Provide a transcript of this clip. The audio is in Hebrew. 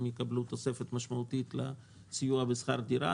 הם יקבלו תוספת משמעותית לסיוע בשכר דירה,